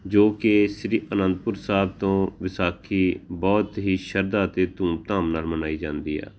ਜੋ ਕਿ ਸ਼੍ਰੀ ਅਨੰਦਪੁਰ ਸਾਹਿਬ ਤੋਂ ਵਿਸਾਖੀ ਬਹੁਤ ਹੀ ਸ਼ਰਧਾ ਅਤੇ ਧੂਮਧਾਮ ਨਾਲ ਮਨਾਈ ਜਾਂਦੀ ਆ